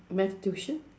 math tuition